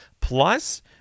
Plus